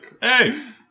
hey